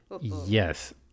Yes